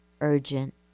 urgent